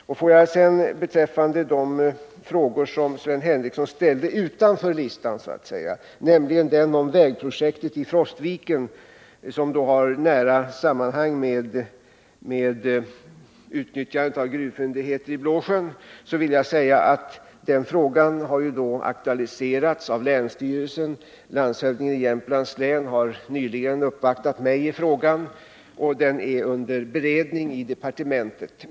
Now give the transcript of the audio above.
Får jag sedan beträffande en fråga som Sven Henricsson ställde utanför listan så att säga, nämligen frågan om vägprojektet i Frostviken, som har nära sammanhang med utnyttjandet av gruvfyndigheterna i Blåsjön, säga att den har aktualiserats av länsstyrelsen. Landshövdingen i Jämtlands län har nyligen uppvaktat mig i detta ärende, och det är under beredning i departementet.